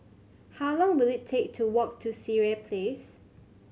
how long will it take to walk to Sireh Place